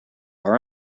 are